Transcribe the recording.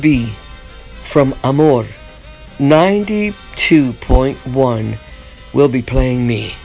b from a more ninety two point one will be playing me